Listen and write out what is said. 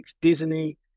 Disney